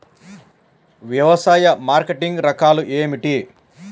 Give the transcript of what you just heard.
వ్యవసాయ మార్కెటింగ్ రకాలు ఏమిటి?